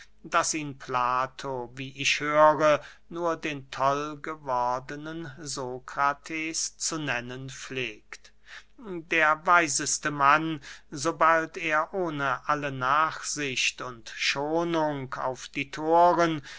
daß ihn plato wie ich höre nur den tollgewordenen sokrates zu nennen pflegt der weiseste mann sobald er ohne alle nachsicht und schonung auf die thoren